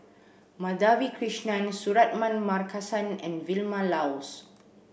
Madhavi Krishnan Suratman Markasan and Vilma Laus